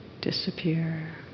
disappear